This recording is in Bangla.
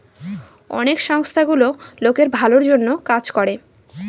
অনেক সংস্থা গুলো লোকের ভালোর জন্য কাজ করে